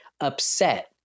upset